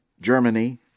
Germany